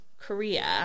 Korea